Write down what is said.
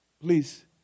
Please